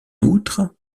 outre